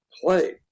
play